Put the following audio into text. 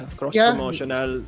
cross-promotional